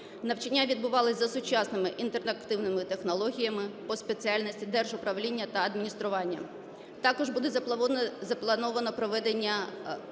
Навчання відбувались за сучасними інтерактивними технологіями по спеціальності "Держуправління та адміністрування". Також буде заплановано проведення переговорів